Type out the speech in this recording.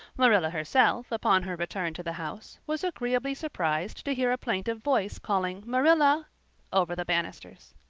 marilla herself, upon her return to the house, was agreeably surprised to hear a plaintive voice calling, marilla over the banisters.